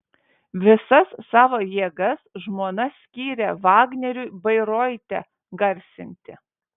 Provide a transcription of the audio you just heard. visas savo jėgas žmona skyrė vagneriui bairoite garsinti